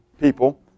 People